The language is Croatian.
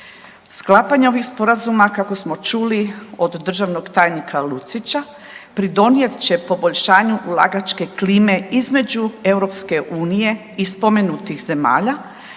Sklapanje ovih sporazuma kako smo čuli od državnog tajnika Lucića pridonijet će poboljšanju ulagačke klime između EU i spomenutih zemalja,